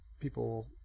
People